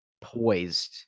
poised